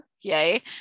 Yay